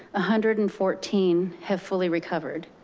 ah hundred and fourteen have fully recovered.